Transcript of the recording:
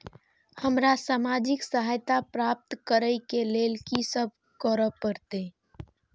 हमरा सामाजिक सहायता प्राप्त करय के लिए की सब करे परतै?